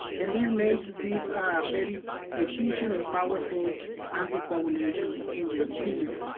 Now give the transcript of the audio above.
and this makes this very efficient and powerful anticoagulation in the endothelium.